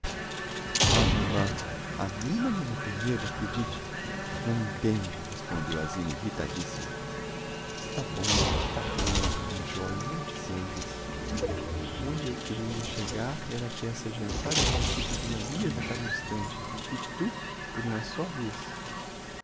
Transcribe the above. ah mamã a mim não me mettem medo acredite não me entende respondeu a zina irritadissima está bom está bom minha joia não te zangues onde eu queria chegar era a que essa gentalha praticam vilanias a cada instante e que tu por uma só vez